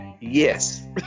Yes